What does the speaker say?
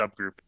subgroup